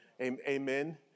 Amen